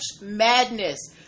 Madness